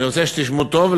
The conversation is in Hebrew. אני רוצה שתשמעו טוב,